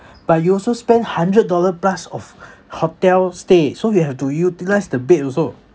but you also spend hundred dollar plus of hotel stay so you have to utilise the bed also